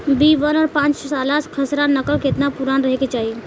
B one और पांचसाला खसरा नकल केतना पुरान रहे के चाहीं?